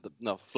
No